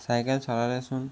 cycle চলালেচোন